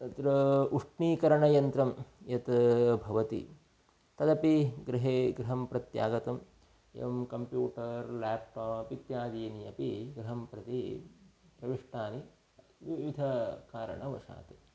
तत्र उष्णीकरणयन्त्रं यत् भवति तदपि गृहे गृहं प्रत्यागतम् एवं कम्प्यूटर् लेप्टाप् इत्यादीनि अपि गृहं प्रति प्रविष्टानि विविधकारणवशात्